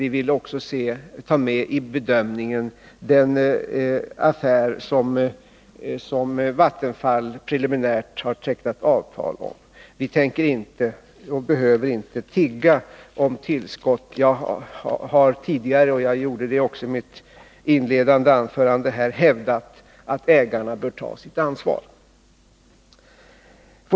Vi vill också ta med i bedömningen den affär som vattenfallsstyrelsen preliminärt har tecknat avtal om. Vi tänker inte och behöver inte tigga om tillskott. Jag har tidigare — i mitt inledningsanförande här — hävdat att ägarna bör ta sitt ansvar.